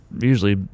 usually